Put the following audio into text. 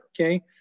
okay